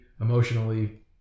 emotionally